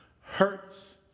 hurts